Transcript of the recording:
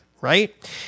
right